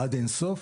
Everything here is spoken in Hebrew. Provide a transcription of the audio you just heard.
עד אין סוף?